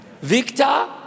Victor